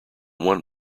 one